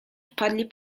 wpadli